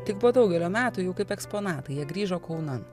tik po daugelio metų jau kaip eksponatai jie grįžo kaunan